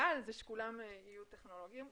שהאידיאל זה שכולם יהיו טכנולוגיים,